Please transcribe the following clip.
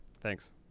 Thanks